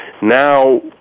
now